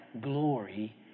glory